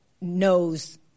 knows